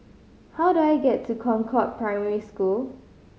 how do I get to Concord Primary School